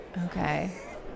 Okay